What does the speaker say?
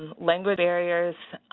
language barriers